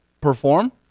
perform